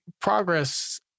progress